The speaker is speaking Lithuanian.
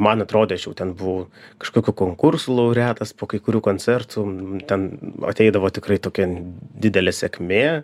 man atrodė aš jau ten buvau kažkokių konkursų laureatas po kai kurių koncertų ten ateidavo tikrai tokia didelė sėkmė